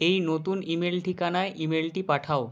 এই নতুন ইমেল ঠিকানায় ইমেলটি পাঠাও